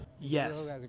Yes